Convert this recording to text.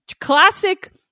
Classic